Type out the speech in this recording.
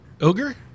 ogre